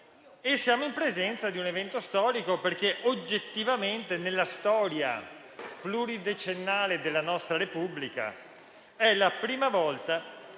siamo in presenza di un evento storico perché, oggettivamente, nella storia pluridecennale della nostra Repubblica, è la prima volta